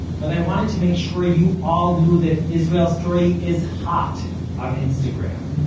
but i wanted to make sure you all knew that israel story is hot on instagram.